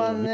Man